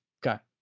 got